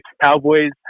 Cowboys